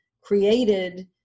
created